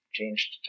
changed